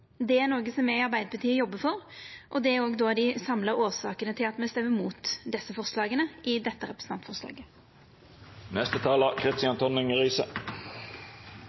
Det er noko som me i Arbeidarpartiet jobbar for, og det er òg dei samla årsakene til at me røyster mot forslaga i dette